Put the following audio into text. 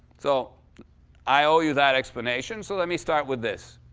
so i owe you that explanation. so let me start with this.